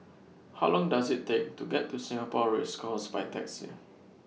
How Long Does IT Take to get to Singapore Race Course By Taxi